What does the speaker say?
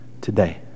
today